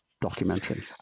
documentary